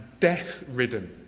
death-ridden